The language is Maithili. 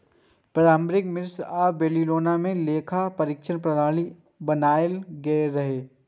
प्रारंभिक मिस्र आ बेबीलोनिया मे लेखा परीक्षा प्रणाली बनाएल गेल रहै